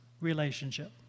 relationship